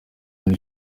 muri